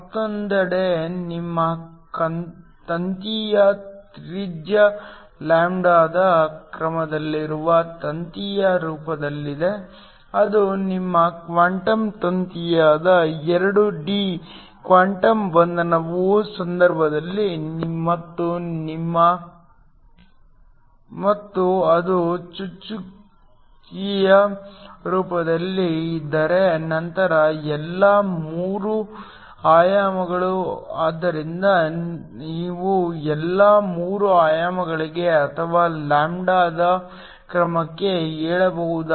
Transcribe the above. ಮತ್ತೊಂದೆಡೆ ನಿಮ್ಮ ತಂತಿಯ ತ್ರಿಜ್ಯವು ಲ್ಯಾಂಬ್ಡಾದ ಕ್ರಮದಲ್ಲಿರುವ ತಂತಿಯ ರೂಪದಲ್ಲಿದ್ದರೆ ಅದು ನಿಮ್ಮ ಕ್ವಾಂಟಮ್ ತಂತಿಯಾದ 2 ಡಿ ಕ್ವಾಂಟಮ್ ಬಂಧನದ ಸಂದರ್ಭದಲ್ಲಿ ಮತ್ತು ಅದು ಚುಕ್ಕೆಯ ರೂಪದಲ್ಲಿ ಇದ್ದರೆ ನಂತರ ಎಲ್ಲಾ 3 ಆಯಾಮಗಳು ಆದ್ದರಿಂದ ನೀವು ಎಲ್ಲಾ 3 ಆಯಾಮಗಳಿಗೆ ಅಥವಾ ಲ್ಯಾಂಬ್ಡಾದ ಕ್ರಮಕ್ಕೆ ಹೇಳಬಹುದು